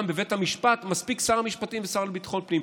בבית המשפט מספיקים שר המשפטים והשר לביטחון פנים,